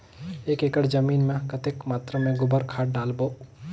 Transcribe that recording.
एक एकड़ जमीन मे कतेक मात्रा मे गोबर खाद डालबो?